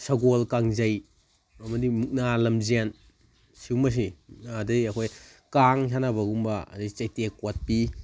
ꯁꯒꯣꯜ ꯀꯥꯡꯖꯩ ꯑꯃꯗꯤ ꯃꯨꯛꯅꯥ ꯂꯝꯖꯦꯟ ꯑꯁꯤꯒꯨꯝꯕꯁꯤ ꯑꯗꯨꯗꯩ ꯑꯩꯈꯣꯏ ꯀꯥꯡ ꯁꯥꯟꯅꯕꯒꯨꯝꯕ ꯑꯗꯨꯗꯩ ꯆꯩꯇꯦꯛ ꯀꯣꯠꯄꯤ